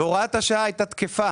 הוראת השעה הייתה תקפה